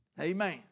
Amen